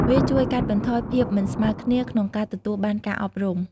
វាជួយកាត់បន្ថយភាពមិនស្មើគ្នាក្នុងការទទួលបានការអប់រំ។